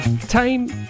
Time